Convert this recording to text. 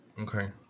Okay